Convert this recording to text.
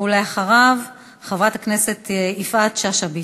ואחריו, חברת הכנסת יפעת שאשא ביטון.